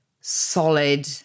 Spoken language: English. solid